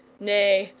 nay,